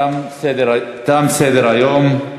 תם סדר-היום.